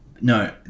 No